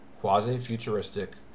quasi-futuristic